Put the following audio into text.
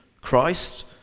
Christ